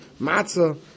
matzah